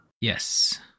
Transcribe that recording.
Yes